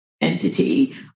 entity